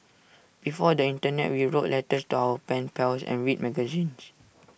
before the Internet we wrote letters to our pen pals and read magazines